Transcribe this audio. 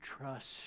trust